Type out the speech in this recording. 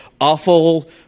awful